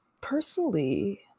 personally